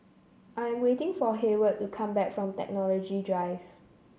I'm waiting for Heyward to come back from Technology Drive